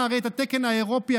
הרי את התקן האירופי,